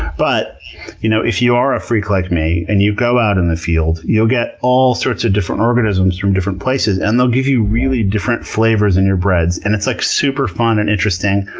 but you know, if you're a freak like me and you go out in the field, you'll get all sorts of different organisms from different places and they'll give you really different flavors in your breads. and it's like super fun and interesting.